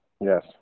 Yes